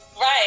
Right